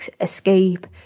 escape